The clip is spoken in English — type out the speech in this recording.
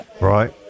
right